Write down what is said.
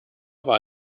war